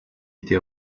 été